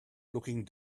looking